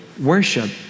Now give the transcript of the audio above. worship